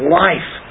life